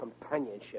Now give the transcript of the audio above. Companionship